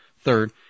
third